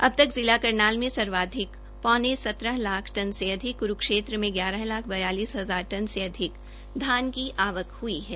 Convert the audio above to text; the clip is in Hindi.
अबतक जिला करनाल में सर्वाधिक पौने सत्रह लाख टन से अधिक कुरूक्षेत्र में ग्यारह लाख बयालिस हजार टन से अधिक धान की आवक हुई है